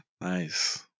Nice